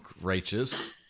righteous